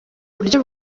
buryo